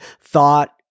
thought